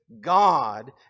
God